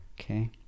Okay